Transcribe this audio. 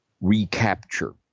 recapture